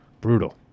Brutal